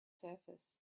surface